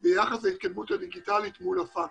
שאני אתייחס אליו הוא ביחס להתקדמות הדיגיטלית מול הפקס.